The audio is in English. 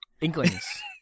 Inklings